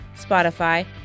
Spotify